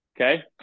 Okay